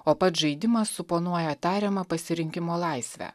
o pats žaidimas suponuoja tariamą pasirinkimo laisvę